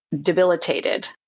debilitated